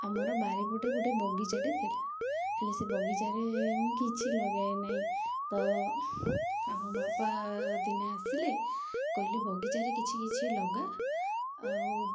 ଆମର ବାରି ପଟେ ଗୋଟେ ବଗିଚାଟେ ଥିଲା ହେଲେ ସେ ବଗିଚାରେ ମୁଁ କିଛି ଲଗାଏ ନାହିଁ ତ ଆମ ବାପା ଦିନେ ଆସିଲେ କହିଲେ ବଗିଚାରେ କିଛି କିଛି ଲଗା ଆଉ